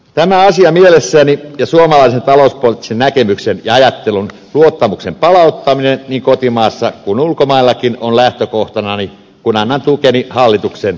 tämä asia mielessäni ja suomalaisen talouspoliittisen näkemyksen ja ajattelun luottamuksen palauttaminen niin kotimaassa kuin ulkomaillakin on lähtökohtanani kun annan tukeni hallituksen esitykselle